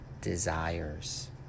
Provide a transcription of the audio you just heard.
desires